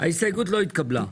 ההסתייגות לא התקבלה.